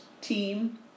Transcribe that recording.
team